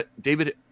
David